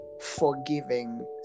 forgiving